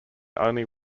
only